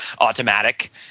automatic